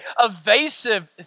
evasive